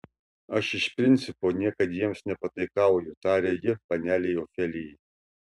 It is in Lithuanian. aš iš principo niekad jiems nepataikauju tarė ji panelei ofelijai